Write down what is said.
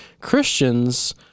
Christians